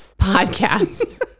podcast